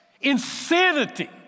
insanity